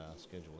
schedule